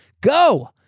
go